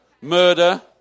Murder